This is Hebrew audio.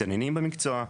מתעניינים במקצוע,